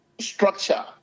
structure